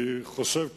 אני חושב,